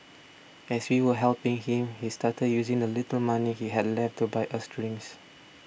as we were helping him he started using the little money he had left to buy us drinks